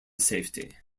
safety